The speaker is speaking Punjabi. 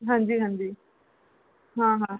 ਹਾਂਜੀ ਹਾਂਜੀ ਹਾਂ ਹਾਂ